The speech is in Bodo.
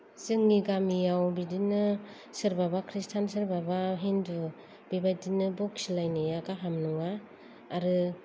जोंनि गामियाव बिदिनो सोरबाबा खृष्टियान सोरबाबा हिन्दु बेबायदिनो बखिलायनाया गाहाम नङा आरो